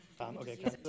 Okay